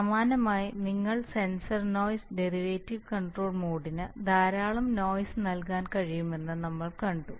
സമാനമായി നിങ്ങൾക്ക് sensor noise derivative control മോഡിന് ധാരാളം നോയിസ് നൽകാൻ കഴിയുമെന്ന് നമ്മൾ കണ്ടു